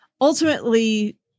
ultimately